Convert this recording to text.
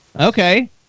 Okay